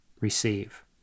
receive